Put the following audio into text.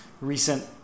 recent